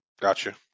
Gotcha